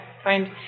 find